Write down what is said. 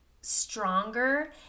stronger